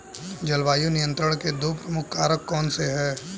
जलवायु नियंत्रण के दो प्रमुख कारक कौन से हैं?